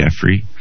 jeffrey